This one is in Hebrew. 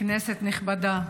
כנסת נכבדה,